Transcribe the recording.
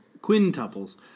Quintuples